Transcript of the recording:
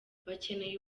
bakeneye